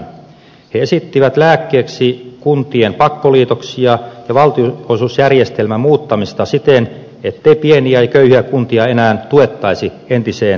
he esittivät lääkkeeksi kuntien pakkoliitoksia ja valtionosuusjärjestelmän muuttamista siten ettei pieniä ja köyhiä kuntia enää tuettaisi entiseen tapaan